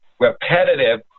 repetitive